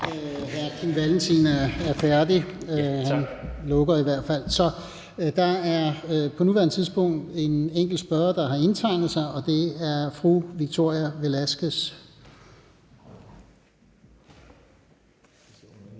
hr. Kim Valentin er færdig. (Kim Valentin (V): Ja). Der er på nuværende tidspunkt en enkelt spørger, der har indtegnet sig, og det er fru Victoria Velasquez.